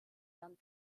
dann